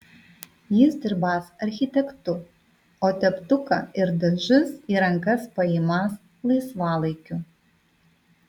jis dirbąs architektu o teptuką ir dažus į rankas paimąs laisvalaikiu